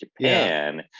Japan